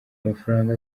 amafaranga